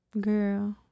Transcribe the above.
Girl